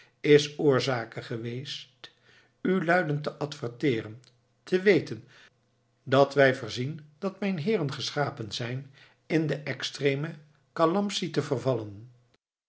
is oorsake geweest u luyden te adverteren te weten dat wy versien dat myn heeren geschapen zijn in de extreme calamtie te vallen